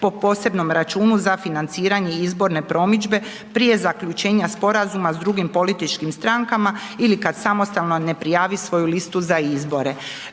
po posebnom računu za financiranje i izborne promidžbe prije zaključenja sporazuma s drugim političkim strankama ili kad samostalno ne prijavi svoju listu za izbore.